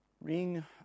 Ring